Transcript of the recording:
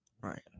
Right